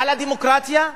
על הדמוקרטיה,